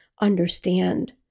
understand